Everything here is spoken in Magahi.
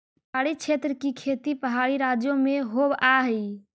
पहाड़ी क्षेत्र की खेती पहाड़ी राज्यों में होवअ हई